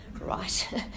Right